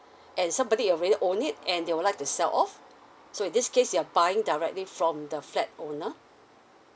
and somebody already own it and they would like to sell off so in this case you're buying directly from the flat owner